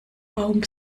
baum